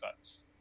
cuts